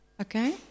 Okay